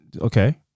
okay